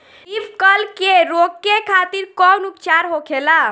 Leaf curl के रोके खातिर कउन उपचार होखेला?